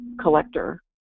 collector